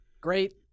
great